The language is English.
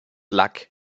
luck